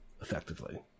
effectively